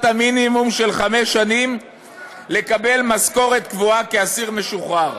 המינימום של חמש שנים לקבלת משכורת קבועה כאסיר משוחרר.